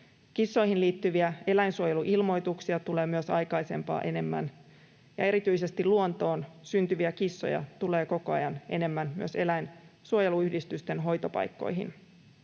Kissoihin liittyviä eläinsuojeluilmoituksia tulee myös aikaisempaa enemmän, ja erityisesti luontoon syntyviä kissoja tulee koko ajan enemmän myös eläinsuojeluyhdistysten hoitopaikkoihin,